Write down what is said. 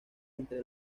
entre